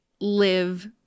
live